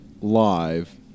live